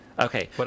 okay